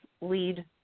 lead